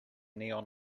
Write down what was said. neon